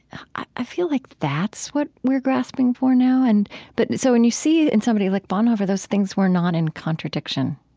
i feel like that's what we're grasping for now. and but so when you see, in somebody like bonhoeffer, those things were not in contradiction,